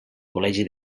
col·legi